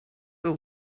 were